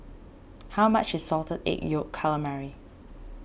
how much is Salted Egg Yolk Calamari